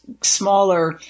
smaller